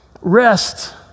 rest